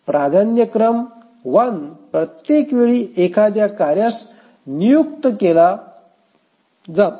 प्राधान्यक्रम 1 प्रत्येक वेळी एखाद्या कार्यास नियुक्त केल्या जातो